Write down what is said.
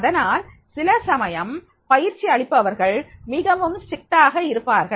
அதனால் சில சமயம் பயிற்சி அளிப்பவர்கள் மிகவும் கண்டிப்பாக இருப்பார்கள்